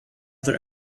their